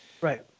Right